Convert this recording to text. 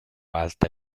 alta